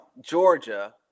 Georgia